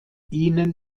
ihnen